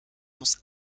muss